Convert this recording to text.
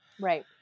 Right